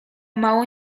mało